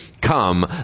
come